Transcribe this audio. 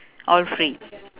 all free